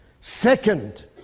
second